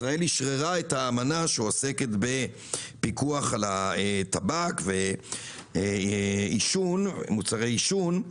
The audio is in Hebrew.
ישראל אשררה את האמנה שעוסקת בפיקוח על הטבק ומוצרי עישון.